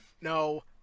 no